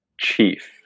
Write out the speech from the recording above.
Chief